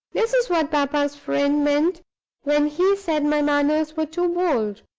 this is what papa's friend meant when he said my manners were too bold.